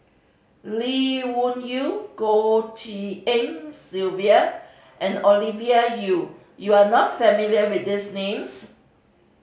Lee Wung Yew Goh Tshin En Sylvia and Ovidia Yu you are not familiar with these names